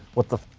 what the